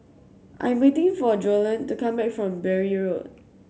I'm waiting for Joellen to come back from Bury Road